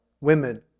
women